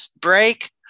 break